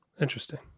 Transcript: Interesting